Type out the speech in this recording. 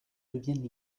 deviennent